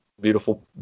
beautiful